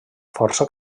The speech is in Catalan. força